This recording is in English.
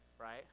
right